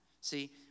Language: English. See